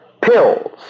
Pills